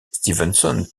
stevenson